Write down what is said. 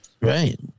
Right